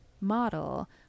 model